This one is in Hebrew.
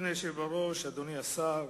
אדוני היושב בראש, אדוני השר,